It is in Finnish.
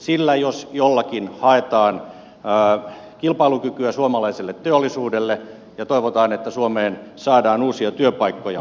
sillä jos jollakin haetaan kilpailukykyä suomalaiselle teollisuudelle ja toivotaan että suomeen saadaan uusia työpaikkoja